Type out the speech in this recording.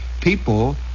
people